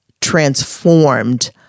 transformed